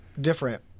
different